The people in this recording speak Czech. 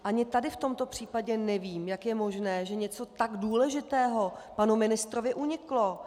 Ani v tomto případě nevím, jak je možné, že něco tak důležitého panu ministrovi uniklo.